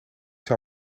zou